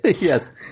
Yes